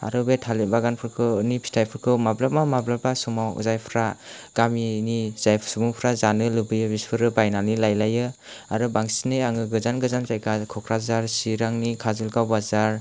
आरो बे थालिर बागानफोरनि फिथाइफोरखौ माब्लाबा माब्लाबा समाव जायफोरा गामिनि जाय सुबुंफोरा जानो लुबैयो बिसोरो बायनानै लायलायो आरो बांसिनै आङो गोजान गोजान जायगा क'क्राझार चिरांनि काजलगाव बाजार